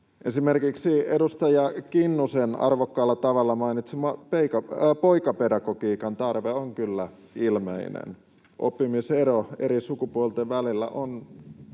Esimerkiksi edustaja Kinnusen arvokkaalla tavalla mainitsema poikapedagogiikan tarve on kyllä ilmeinen. Oppimisero eri sukupuolten välillä on